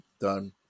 done